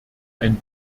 ein